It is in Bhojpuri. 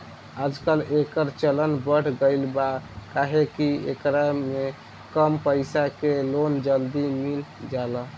आजकल, एकर चलन बढ़ गईल बा काहे कि एकरा में कम पईसा के लोन जल्दी मिल जाला